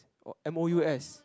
or M O U S